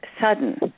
sudden